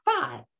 five